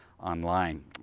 online